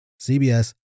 CBS